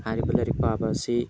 ꯍꯥꯏꯔꯤꯕ ꯂꯥꯏꯔꯤꯛ ꯄꯥꯕ ꯑꯁꯤ